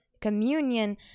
communion